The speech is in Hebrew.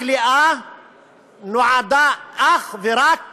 כליאה נועדה אך ורק